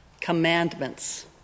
Commandments